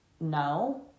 no